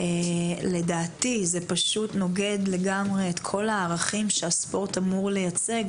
לדעתי זה פשוט נוגד לגמרי את כל הערכים שהספורט אמור לייצג,